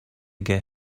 get